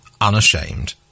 unashamed